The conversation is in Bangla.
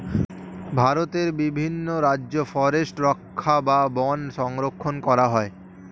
ভারতের বিভিন্ন রাজ্যে ফরেস্ট রক্ষা বা বন সংরক্ষণ করা হয়